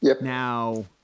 Now